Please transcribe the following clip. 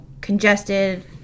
congested